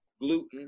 gluten